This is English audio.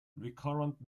recurrent